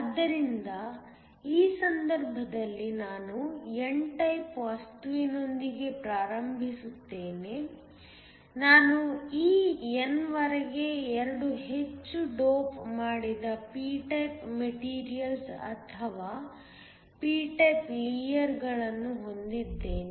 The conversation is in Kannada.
ಆದ್ದರಿಂದ ಈ ಸಂದರ್ಭದಲ್ಲಿ ನಾನು n ಟೈಪ್ ವಸ್ತುವಿನೊಂದಿಗೆ ಪ್ರಾರಂಭಿಸುತ್ತೇನೆ ನಾನು ಈ n ವರೆಗೆ 2 ಹೆಚ್ಚು ಡೋಪ್ ಮಾಡಿದ p ಟೈಪ್ ಮೆಟೀರಿಯಲ್ಸ್ ಅಥವಾ p ಟೈಪ್ ಲೇಯರ್ಗಳನ್ನು ಹೊಂದಿದ್ದೇನೆ